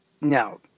Now